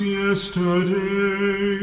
yesterday